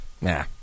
Nah